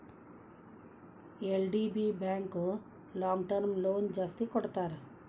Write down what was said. LDB bank long term loan ಜಾಸ್ತಿ ಕೊಡ್ತಾರ